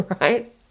right